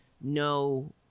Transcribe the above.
no